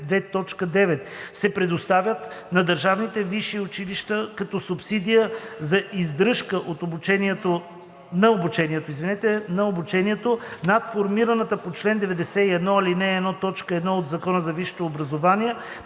2.9 се предоставят на държавните висши училища като субсидия за издръжка на обучението над формираната по чл. 91, ал. 1, т. 1 от Закона за висшето образование